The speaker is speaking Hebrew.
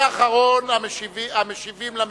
ואחרון המשיבים למשיבים,